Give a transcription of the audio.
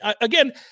Again